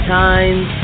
times